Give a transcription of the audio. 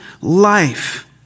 life